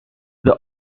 the